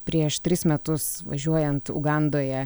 prieš tris metus važiuojant ugandoje